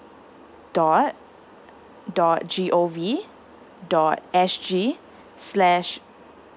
dot uh dot G_O_V dot S_G slash